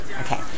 okay